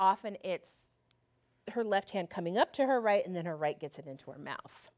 often it's her left hand coming up to her right and then her right gets it into our mouth